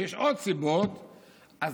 אז